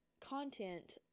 content